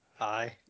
Aye